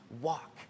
walk